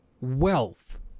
Wealth